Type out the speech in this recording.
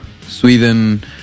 Sweden